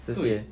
是